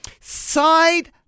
Side